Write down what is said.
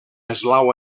eslau